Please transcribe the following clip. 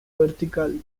vertical